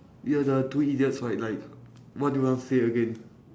ya the two idiots right like what do you want say again